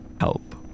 help